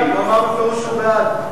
הוא אמר בפירוש שהוא בעד.